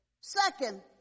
Second